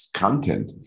content